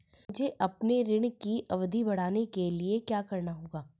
मुझे अपने ऋण की अवधि बढ़वाने के लिए क्या करना होगा?